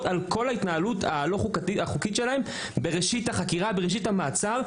על ההתנהלות הלא חוקית שלהם בראשית החקירה והמעצר.